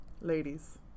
ladies